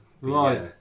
Right